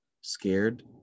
scared